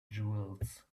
jewels